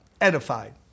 edified